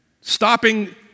stopping